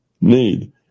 need